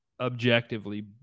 objectively